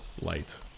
light